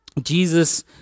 Jesus